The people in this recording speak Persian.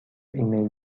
ایمیل